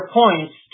points